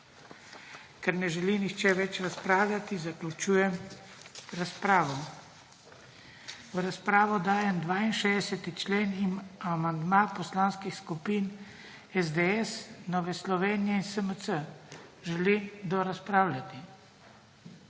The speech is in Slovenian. Ker ne želi nihče več razpravljati, zaključujem razpravo. V razpravo dajem 62. člen in amandma Poslanskih skupin SDS, Nove Slovenije in SMC. Želi kdo razpravljati?